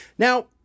Now